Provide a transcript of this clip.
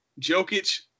Jokic